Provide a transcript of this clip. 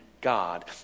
God